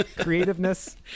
creativeness